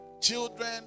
Children